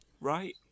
right